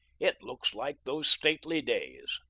it looks like those stately days.